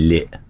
Lit